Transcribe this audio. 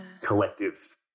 collective